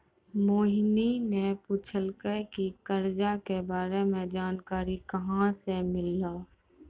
मोहिनी ने पूछलकै की करजा के बारे मे जानकारी कहाँ से मिल्हौं